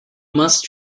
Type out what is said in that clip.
must